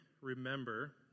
remember